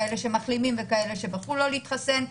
כאלה שמחלימים וכאלה שבחרו לא להתחסן,